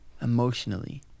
emotionally